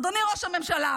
אז אדוני ראש הממשלה,